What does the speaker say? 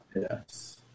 Yes